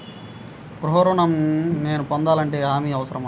గృహ ఋణం నేను పొందాలంటే హామీ అవసరమా?